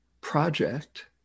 project